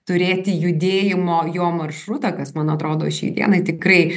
turėti judėjimo jo maršrutą kas man atrodo šiai dienai tikrai